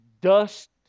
dust